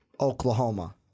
Oklahoma